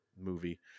movie